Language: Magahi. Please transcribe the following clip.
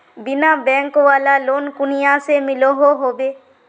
बिना बैंक वाला लोन कुनियाँ से मिलोहो होबे?